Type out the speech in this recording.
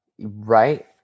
right